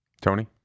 Tony